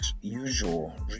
usual